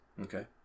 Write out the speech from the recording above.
Okay